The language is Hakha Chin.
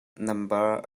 nambar